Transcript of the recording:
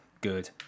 good